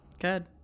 good